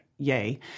yay